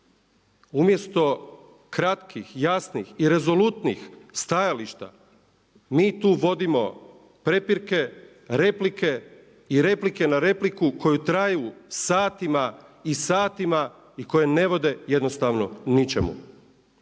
Umjesto kratkih, jasnih i rezolutnih stajališta mi tu vodimo prepirke, replike i replike na repliku koje traju satima i satima i koje ne vode jednostavno ničemu.